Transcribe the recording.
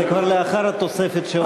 זה כבר לאחר התוספת שהוספתי על,